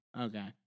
okay